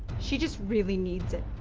she just really needs it.